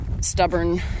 stubborn